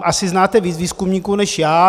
Asi znáte víc výzkumníků než já.